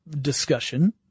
discussion